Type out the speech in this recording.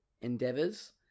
endeavors